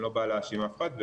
אני לא בא להאשים אף אחד.